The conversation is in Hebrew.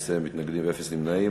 8, אין מתנגדים, אין נמנעים.